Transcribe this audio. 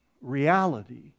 reality